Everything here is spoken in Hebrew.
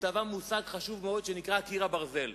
שטבע מושג חשוב מאוד, שנקרא "קיר הברזל".